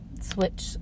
switch